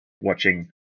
watching